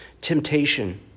temptation